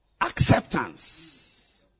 acceptance